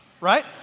right